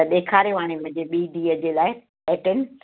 त ॾेखारियो हाणे मुंहिंजी ॿी धीअ जे लाइ पेटर्न